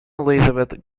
elizabeth